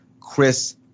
Chris